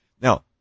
Now